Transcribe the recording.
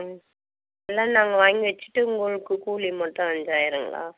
ம் எல்லாம் நாங்கள் வாங்கி வைச்சிட்டு உங்களுக்கு கூலி மட்டும் அஞ்சாயிரங்களா